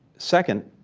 second,